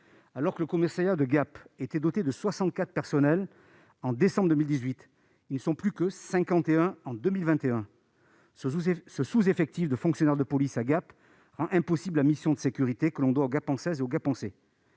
Alors que le commissariat de Gap comptait 64 personnes en décembre 2018, ils ne sont plus que 51 en 2021. Ce sous-effectif de fonctionnaires de police rend impossible la mission de sécurité que l'on doit aux Gapençaises